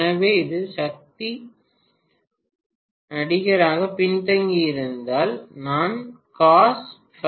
எனவே இது சக்தி நடிகராக பின்தங்கியிருந்தால் நான் காஸ்  0